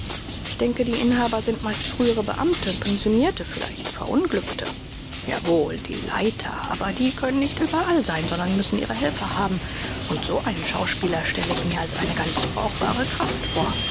ich denke die inhaber sind meist frühere beamte pensionierte vielleicht verunglückte jawohl die leiter aber die können nicht überall sein sondern müssen ihre helfer haben und so einen schauspieler stelle ich mir als eine ganz brauchbare kraft vor